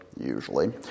usually